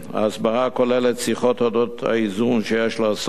ההסברה כוללת שיחות אודות האיזון שיש לעשות